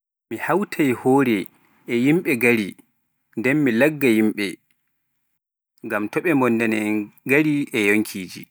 Mi hawtay hoore e yimɓe gari, nden mi lagga yimɓe, ngam to ɓe mbonnana-en gari e yonkiiji.